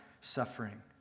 suffering